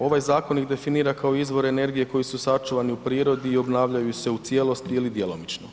Ovaj zakon ih definira kao izvori energije koji su sačuvani u prirodi i obnavljaju se u cijelosti ili djelomično.